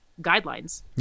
guidelines